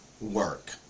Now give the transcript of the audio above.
work